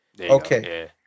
Okay